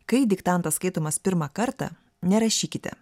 kai diktantas skaitomas pirmą kartą nerašykite